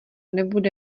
nebude